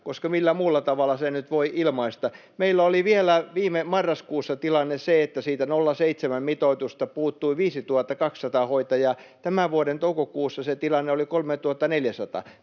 koska millä muulla tavalla sen nyt voi ilmaista: Meillä oli vielä viime marraskuussa tilanne se, että siitä 0,7:n mitoituksesta puuttui 5 200 hoitajaa. Tämän vuoden toukokuussa se tilanne oli 3 400.